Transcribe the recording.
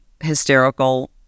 hysterical